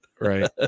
Right